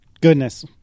goodness